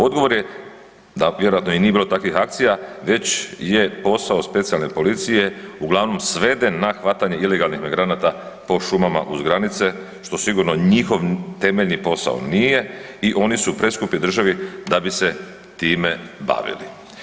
Odgovor je da vjerojatno i nije bilo takvih akcija već je posao specijalne policije uglavnom sveden na hvatanje ilegalnih migranata po šumama uz granice, što sigurno njihov temeljni posao nije i oni su preskupi državi da bi se time bavili.